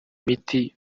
miti